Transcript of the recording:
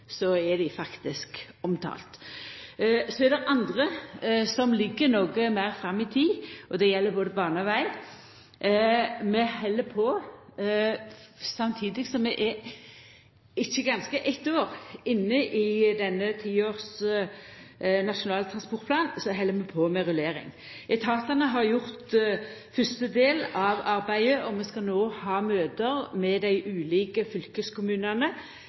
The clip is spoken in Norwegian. så er dei faktisk omtalte. Så er det andre, som ligg noko meir fram i tid, og det gjeld både bane og veg. Vi held på: Samtidig som vi ikkje er fullt eitt år inne i denne tiårs nasjonale transportplanen, så held vi på med rullering. Etatane har gjort fyrste del av arbeidet, og vi skal no ha møte med dei ulike fylkeskommunane.